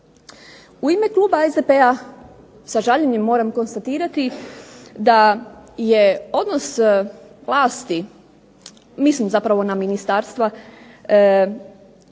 U ime kluba SDP-a sa žaljenjem moram konstatirati da je odnos vlasti, mislim zapravo na ministarstva